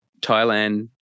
Thailand